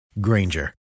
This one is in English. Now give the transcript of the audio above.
Granger